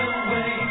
away